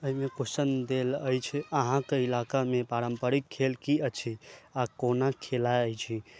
एहिमे क्वेश्चन देल अछि अहाँके ईलाका मे पारम्परिक खेल की अछि आ कोना खेलाइ छी